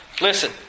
Listen